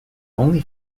only